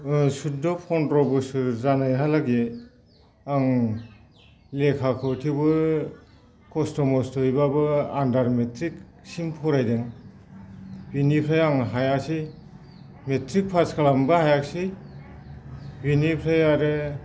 ओ सुध फन्द्र बोसोर जानायहालागै आं लेखाखौ थेवबो खस्थ' मस्थयैब्लाबो आन्डार मेट्रिकसिम फरायदों बिनिफ्राय आं हायासै मेट्रिक पास खालामनोबो हायासै बिनिफ्राय आरो